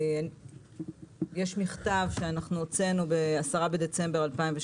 יש מכתב שהוצאנו ב-10 בדצמבר 2017,